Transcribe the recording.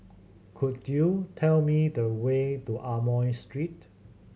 could you tell me the way to Amoy Street